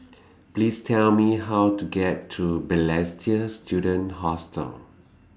Please Tell Me How to get to Balestier Student Hostel